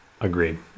Agreed